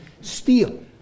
steal